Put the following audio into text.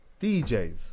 DJs